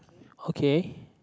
okay